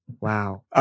Wow